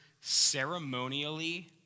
ceremonially